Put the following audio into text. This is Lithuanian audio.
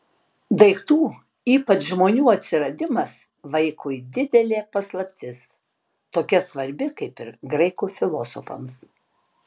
daiktų ypač žmonių atsiradimas vaikui didelė paslaptis tokia svarbi kaip ir graikų filosofams